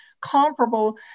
comparable